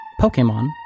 Pokemon